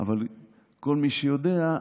אבל כל מי שיודע,